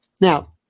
Now